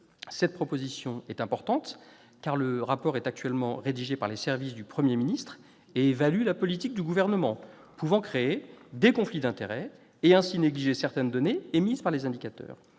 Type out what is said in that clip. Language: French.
Cette proposition est importante. En effet, le rapport est actuellement rédigé par les services du Premier ministre et vise à évaluer la politique du Gouvernement, ce qui peut créer des conflits d'intérêts et conduire à négliger certaines données révélées par les indicateurs.